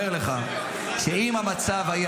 -- אומר לך שאם המצב היה